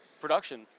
production